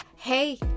Hey